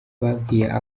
babwiye